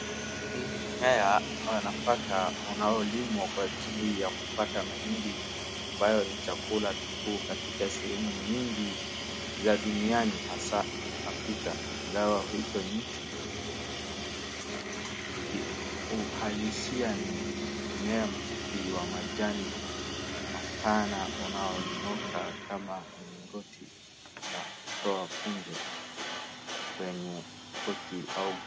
Hii ni mmea wa nafaka unaolimwa kwa ajili ya kupata mahindi ambayo ni chakula kikuu katika sehemu nyingi za duniani hasaa Afrika, ingawa huitwa nchi, katika uhalisia ni mmea mfupi wa majni mapana unaonyoka kama mlingoti na kutoa kunje kwenye koti au.